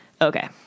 Okay